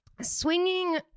swinging